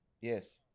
yes